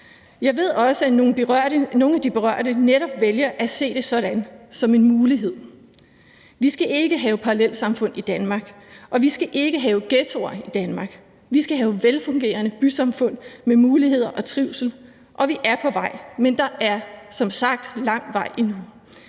Jeg ved også, at nogle af de berørte netop vælger at se det sådan, altså som en mulighed. Vi skal ikke have parallelsamfund i Danmark, og vi skal ikke have ghettoer i Danmark. Vi skal have velfungerende bysamfund med muligheder og trivsel, og vi er på vej, men der er som sagt lang vej endnu.